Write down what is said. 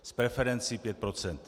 S preferencí 5 %.